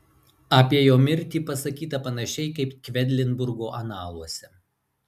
apie jo mirtį pasakyta panašiai kaip kvedlinburgo analuose